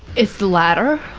it's the latter.